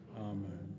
Amen